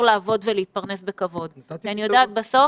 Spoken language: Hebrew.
לעבוד ולהתפרנס בכבוד כי אני יודעת בסוף